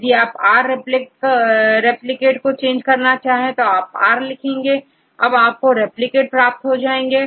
यदि आपR रिप्लिकेट को चेंज करना चाहे तो आपR लिखेंगे और अब आपको रिप्लिकेटR प्राप्त हो जाएंगे